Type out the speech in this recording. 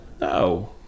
no